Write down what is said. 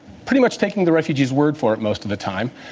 pretty much taking the refugee's word for it most of the time.